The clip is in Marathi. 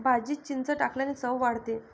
भाजीत चिंच टाकल्याने चव वाढते